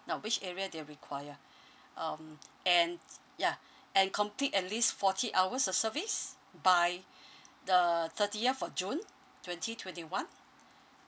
now which area they require um and yeah and complete at least forty hours of service by the thirtieth of june twenty twenty one